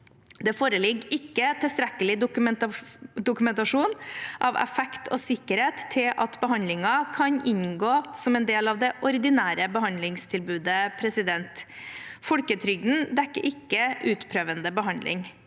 Det foreligger ikke tilstrekkelig dokumentasjon av effekt og sikkerhet til at behandlingen kan inngå som en del av det ordinære behandlingstilbudet. Folketrygden dekker ikke utprøvende behandling.